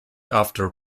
after